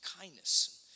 kindness